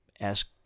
ask